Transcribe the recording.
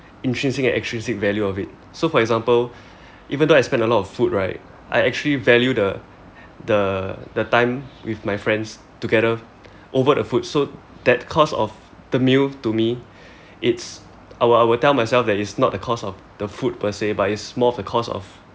intrinsic and extrinsic value of it so for example even though I spend a lot on food right I actually value the the time with my friends together over the food so that cost of the meal to me it's I will I will tell myself it's not the cost of the food per se but it's more of the cost of